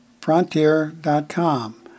frontier.com